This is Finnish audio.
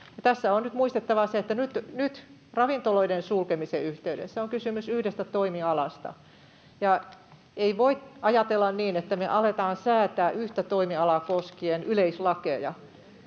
tässä on nyt muistettava se, että nyt ravintoloiden sulkemisen yhteydessä on kysymys yhdestä toimialasta, ja ei voi ajatella niin, että me aletaan säätää yhtä toimialaa koskien yleislakeja,